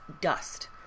dust